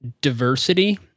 diversity